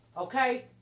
okay